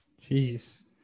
Jeez